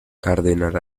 cardenal